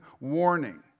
warning